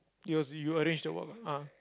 it was you arrange the work ah ah